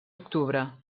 octubre